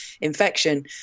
infection